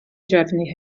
drefnu